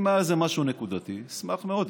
אם היה איזשהו משהו נקודתי, אשמח מאוד.